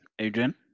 Adrian